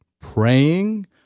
praying